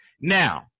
Now